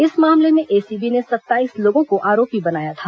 इस मामले में एसीबी ने सत्ताईस लोगों को आरोपी बनाया था